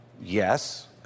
yes